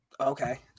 Okay